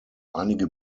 einige